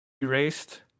Erased